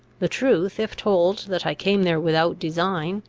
the truth, if told, that i came there without design,